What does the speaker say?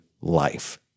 life